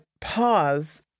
pause